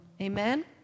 Amen